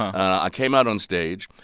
i came out onstage.